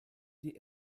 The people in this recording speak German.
die